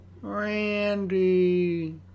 Randy